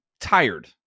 tired